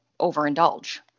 overindulge